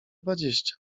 dwadzieścia